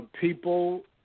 people